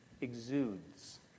exudes